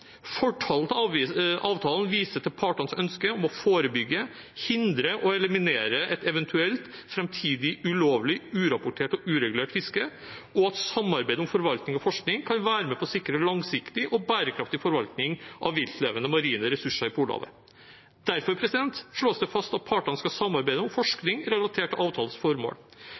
Fortalen til avtalen viser til partenes ønske om å forebygge, hindre og eliminere et eventuelt framtidig ulovlig, urapportert og uregulert fiske, og at samarbeid om forvaltning og forskning kan være med på å sikre en langsiktig og bærekraftig forvaltning av viltlevende marine ressurser i Polhavet. Derfor slås det fast at partene skal samarbeide om forskning relatert til avtalens formål.